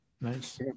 nice